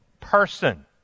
person